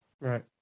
Right